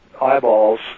eyeballs